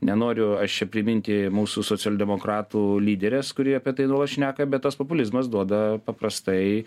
nenoriu aš čia priminti mūsų socialdemokratų lyderės kuri apie tai nuolat šneka bet tas populizmas duoda paprastai